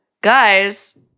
guys